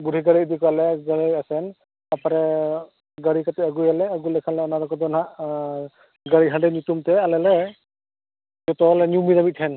ᱵᱩᱲᱦᱤ ᱜᱟᱹᱲᱤ ᱤᱫᱤ ᱠᱚᱣᱟ ᱞᱮ ᱜᱟᱹᱲᱤ ᱟᱥᱮᱱ ᱛᱟᱨᱯᱚᱨᱮ ᱜᱟᱹᱲᱤ ᱠᱚᱛᱮ ᱟᱹᱜᱩᱭᱟᱞᱮ ᱟᱹᱜᱩ ᱞᱮᱠᱷᱟᱱ ᱞᱮ ᱚᱱᱟ ᱠᱚᱫᱚ ᱦᱟᱜ ᱜᱟᱹᱲᱤ ᱦᱟᱺᱰᱤ ᱧᱩᱛᱩᱢᱛᱮ ᱟᱞᱮ ᱞᱮ ᱡᱚᱛᱚ ᱜᱮᱞᱮ ᱧᱩ ᱢᱤᱫᱟ ᱢᱤᱫ ᱴᱷᱮᱱ